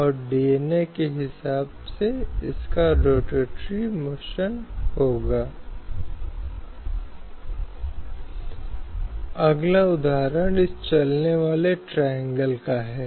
आप में से कई लोग शाह बानो मामले और सरला मुद्गल मामले को जान सकते हैं जिसमें तलाक के बाद महिलाओं के रखरखाव के दोहरे मुद्दे और दूसरे विवाह को अनुबंधित करने के लिए एक आदमी के इस्लाम में धर्मांतरण का मामला सामने आया था